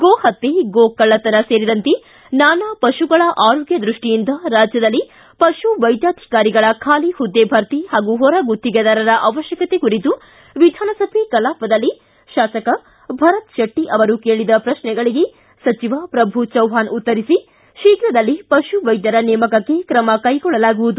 ಗೋ ಪತ್ನೈ ಗೋ ಕಳ್ಳತನ ಸೇರಿದಂತೆ ನಾನಾ ಪಶುಗಳ ಆರೋಗ್ಯ ದೃಷ್ಷಿಯಿಂದ ರಾಜ್ಯದಲ್ಲಿ ಪಶು ವೈದ್ಯಾಧಿಕಾರಿಗಳ ಬಾಲಿ ಹುದ್ದೆ ಭರ್ತಿ ಹಾಗೂ ಹೊರ ಗುತ್ತಿಗೆದಾರರ ಅವಶ್ಯಕತೆ ಕುರಿತು ವಿಧಾನಸಭೆ ಕಲಾಪದಲ್ಲಿ ಶಾಸಕ ಭರತ್ ಶೆಟ್ಟಿ ಅವರು ಕೇಳಿದ ಪ್ರಶ್ನೆಗಳಿಗೆ ಸಚಿವ ಪ್ರಭು ಚವ್ನಾಣ್ ಉತ್ತರಿಸಿ ಶೀಘದಲ್ಲೇ ಪಶು ವೈದ್ಯರ ನೇಮಕಕ್ಕೆ ತ್ರಮ ಕೈಗೊಳ್ಳಲಾಗುವುದು